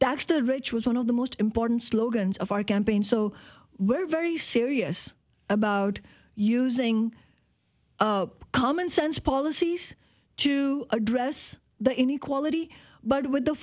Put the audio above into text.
that's the rich was one of the most important slogans of our campaign so we're very serious about using common sense policies to address the inequality but with the